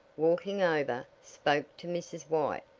walking over, spoke to mrs. white.